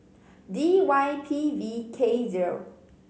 D Y P V K zero